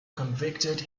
convicted